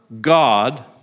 God